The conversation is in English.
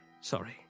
Sorry